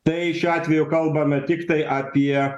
tai šiuo atveju kalbame tiktai apie